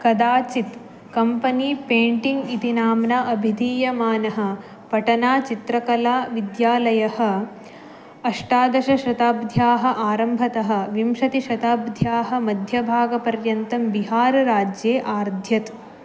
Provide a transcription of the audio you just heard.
कदाचित् company painting इति नाम्ना अभिधीयमानः पटनाचित्रकला विद्यालयः अष्टादशशताब्द्याः आरम्भतः विंशतिशताब्द्याः मध्यभागपर्यन्तं बिहार् राज्ये आर्ध्यत्